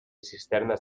cisternes